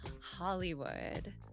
Hollywood